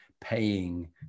paying